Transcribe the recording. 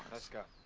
let's go.